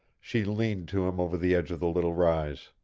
she leaned to him over the edge of the little rise.